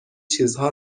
چیزها